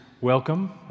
welcome